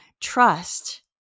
trust